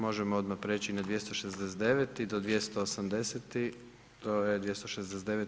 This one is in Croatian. Možemo odmah preći na 269. i do 280., to je 269.